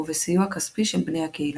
ובסיוע כספי של בני הקהילה.